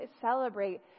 celebrate